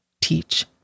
teach